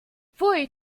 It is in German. pfui